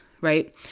right